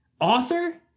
author